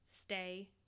Stay